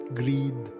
greed